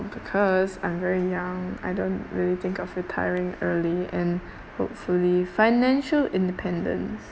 because I'm very young I don't really think of retiring early and hopefully financial independence